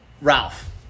Ralph